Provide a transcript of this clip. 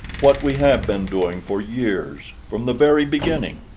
what we have been doing for years, from the very beginning.